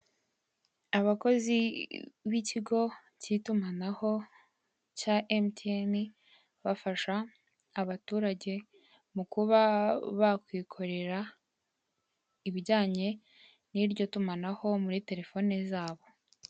Abakozi bikigo cyitumanaho cya MTN bafasha abaturage mukuba bakwikorera ibijyanye niryo tumanaho muri telefone zabo.